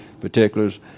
particulars